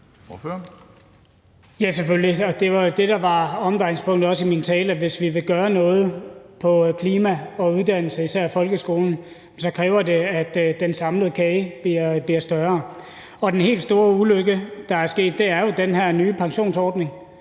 Ja, selvfølgelig, og det var det, der også var omdrejningspunktet i min tale – at hvis vi vil gøre noget på klima- og uddannelsesområdet, især folkeskolen, så kræver det, at den samlede kage bliver større. Den helt store ulykke, der er sket, er jo den her nye pensionsordning,